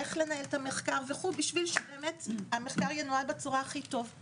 איך לנהל את המחקר וכו' כדי שהוא ינוהל בצורה הטובה ביותר.